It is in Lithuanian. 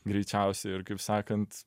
greičiausiai ir kaip sakant